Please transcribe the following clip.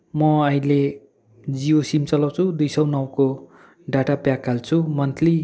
म अहिले जियो सिम चलाउँछु दुई सौ नौको डाटा प्याक हाल्छु मन्थ्ली